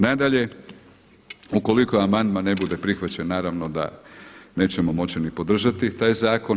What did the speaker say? Nadalje ukoliko amandman ne bude prihvaćen naravno da nećemo moći ni podržati taj zakon.